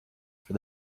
for